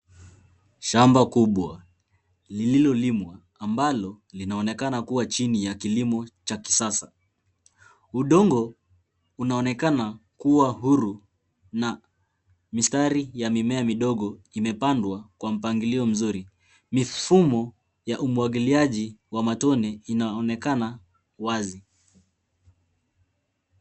Shamba kubwa lililo limwa ambalo lina onekana kuwa chini ya kilimo cha kisasa. Udongo unaonekana kuwa huru na mistari ya mimea midogo imepandwa kwa mpangilio mzuri. Mifumo ya umwagiliaji wa matone ina onekana wazi.